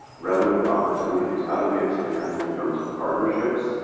revenue opportunities. how do we expand in terms of partnerships?